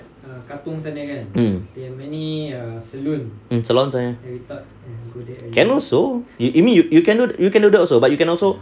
mm salons ya can also you mean you can you can do that also but you can also